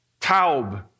Taub